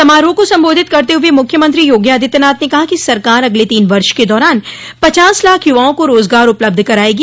समारोह को संबोधित करते हुए मुख्यमंत्री योगी आदित्यनाथ ने कहा कि सरकार अगले तीन वर्ष के दौरान पचास लाख युवाओं को रोजगार उपलब्ध कराएगी